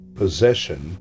possession